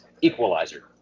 equalizer